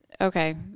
okay